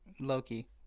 Loki